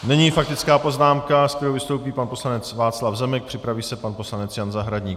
Nyní faktická poznámka, s kterou vystoupí pan poslanec Václav Zemek, připraví se pan poslanec Jan Zahradník.